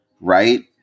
Right